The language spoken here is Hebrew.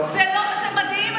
זה לא, זה מדהים.